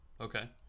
okay